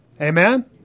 Amen